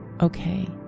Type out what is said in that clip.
okay